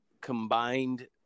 combined